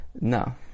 No